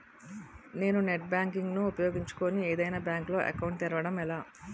నేను net banking ను ఉపయోగించుకుని ఏదైనా బ్యాంక్ లో అకౌంట్ తెరవడం ఎలా?